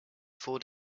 four